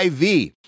IV